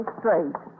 straight